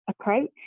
approach